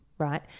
Right